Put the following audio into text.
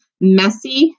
messy